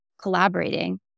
collaborating